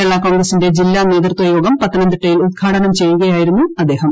കേരളാ കോൺഗ്രസിന്റെ ജില്ലാ നേതൃത്വ യോഗം പത്തനംതിട്ടയിൽ ഉത്ഘാടനം ചെയ്യുകയായിരുന്നു അദ്ദേഹം